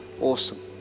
Awesome